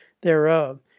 thereof